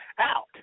out